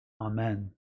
Amen